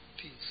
peace